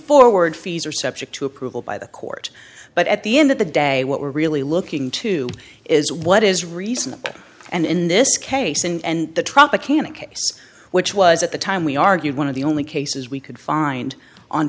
forward fees are subject to approval by the court but at the end of the day what we're really looking to is what is reasonable and in this case and the tropicana case which was at the time we argued one of the only cases we could find on